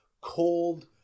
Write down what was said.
cold